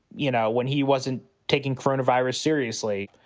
you know, when he wasn't taking corona virus seriously?